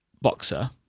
Boxer